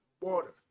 water